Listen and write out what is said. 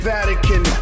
Vatican